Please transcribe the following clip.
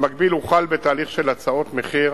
במקביל הוחל בתהליך של הצעות מחיר